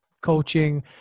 coaching